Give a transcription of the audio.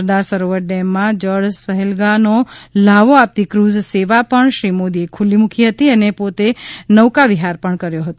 સરદાર સરોવર ડેમમાં જળ સહેલગાહનો લહાવો આપતી ફ્રઝ સેવા પણ શ્રી મોદીએ ખુલ્લી મૂકી હતી અને પોતે નૌકાવિહાર કર્યો હતો